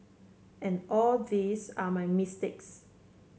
and all these are my mistakes